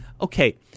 Okay